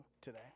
today